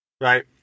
right